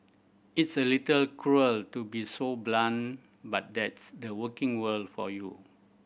it's a little cruel to be so blunt but that's the working world for you